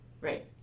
Right